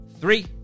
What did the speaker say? three